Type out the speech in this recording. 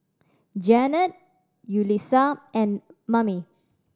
Janette Yulisa and Mame